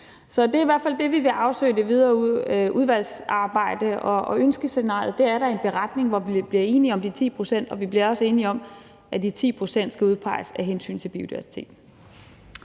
Så det er i hvert fald det, vi vil afsøge i det videre udvalgsarbejde. Ønskescenariet er da en beretning, hvor vi bliver enige om de 10 pct. og vi også bliver enige om, at de 10 pct. skal udpeges af hensyn til biodiversiteten.